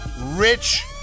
rich